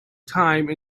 time